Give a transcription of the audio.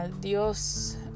Dios